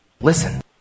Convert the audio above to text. Listen